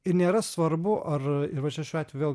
ir nėra svarbu ar ir va čia šiuo atveju vėl